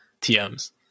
tms